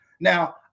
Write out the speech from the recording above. now